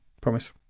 Promise